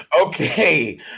Okay